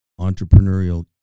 entrepreneurial